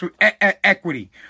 equity